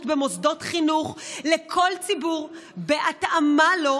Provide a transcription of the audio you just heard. במוסדות חינוך לכל ציבור בהתאמה לו,